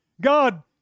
god